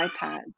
iPad